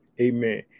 amen